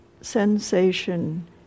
sensation